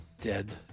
dead